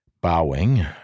Bowing